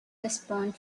respond